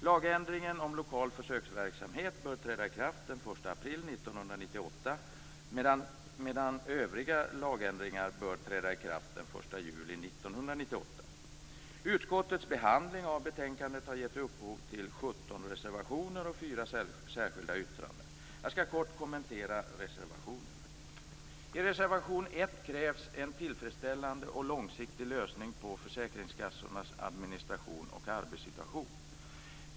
Lagändringen om lokal försöksverksamhet bör träda i kraft den 1 april 1998, medan övriga lagändringar bör träda i kraft den 1 juli 1998. Utskottets behandling av betänkandet har gett upphov till 17 reservationer och fyra särskilda yttranden. Jag skall kort kommentera reservationerna. I reservation 1 krävs en tillfredsställande och långsiktig lösning på försäkringskassornas administration och arbetssituation.